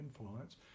influence